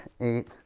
eight